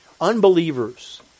Unbelievers